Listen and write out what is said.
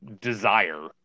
desire